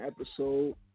episode